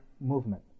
movement